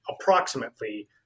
approximately